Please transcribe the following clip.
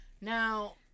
Now